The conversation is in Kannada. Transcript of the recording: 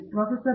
professor V